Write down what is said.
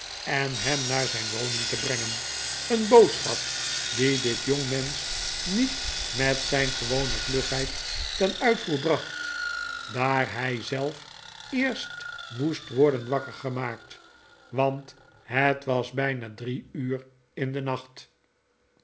en hem naar zijn woning te brengen een boodschap die dit jongmensch niet met zijn gewone vlugheid ten uitvoer bracht daar hij zelf eerst rtioest worden wakker gemaakt want het was bijna drie uur in den nacht